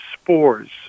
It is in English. spores